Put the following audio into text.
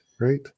right